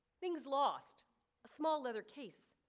things last, a small leather case,